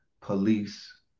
police